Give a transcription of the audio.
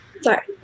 sorry